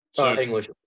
English